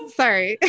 sorry